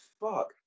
fuck